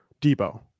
Debo